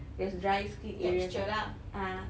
there's dry skin areas lah ah